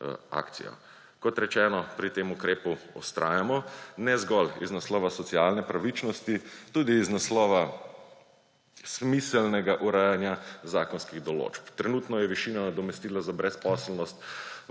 akcijo. Kot rečeno, pri tem ukrepu vztrajamo ne zgolj iz naslova socialne pravičnosti, tudi iz naslova smiselnega urejanja zakonskih določb. Trenutno je višina nadomestila za brezposelnost